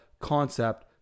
concept